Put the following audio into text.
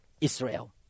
Israel